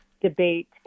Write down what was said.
debate